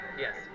Yes